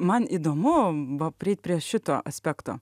man įdomu buvo prieit prie šito aspekto